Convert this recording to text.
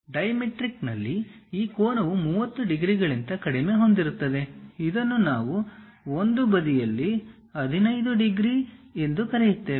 ಡೈಮೆಟ್ರಿಕ್ನಲ್ಲಿ ಈ ಕೋನವು 30 ಡಿಗ್ರಿಗಳಿಗಿಂತ ಕಡಿಮೆ ಹೊಂದಿರುತ್ತದೆ ಇದನ್ನು ನಾವು ಒಂದು ಬದಿಯಲ್ಲಿ 15 ಡಿಗ್ರಿ ಎಂದು ಕರೆಯುತ್ತೇವೆ